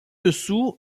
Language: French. dessous